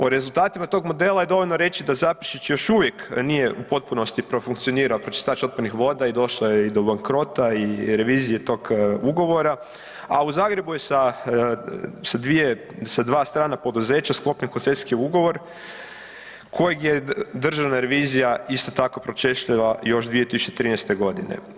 O rezultatima tog modela je dovoljno reći da Zaprešić još uvijek nije u potpunosti profunkcionirao pročistač otpadnih voda i došlo je do bankrota i revizije tog ugovora, a u Zagrebu je sa dva strana poduzeća sklopljen koncesijski ugovor kojeg je Državna revizija isto tako pročešljala još 2013. godine.